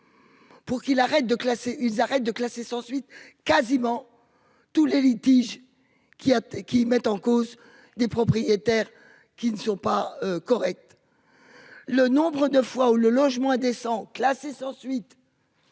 classer ils arrêtent de classer sans suite quasiment tous les litiges. Qui a qui mettent en cause des propriétaires qui ne sont pas corrects. Le nombre de fois où le logement décent classée sans suite.